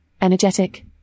Energetic